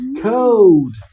cold